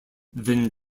then